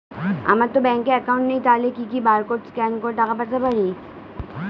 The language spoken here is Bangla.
আমারতো ব্যাংক অ্যাকাউন্ট নেই তাহলে কি কি বারকোড স্ক্যান করে টাকা পাঠাতে পারি?